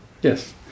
Yes